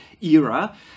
era